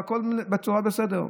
והכול בסדר.